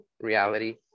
reality